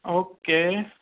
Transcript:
okay